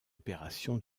opération